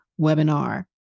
webinar